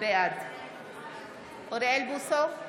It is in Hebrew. בעד אוריאל בוסו,